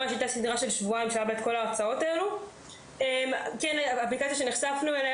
נחשפנו אז לאפליקציה שנקראת,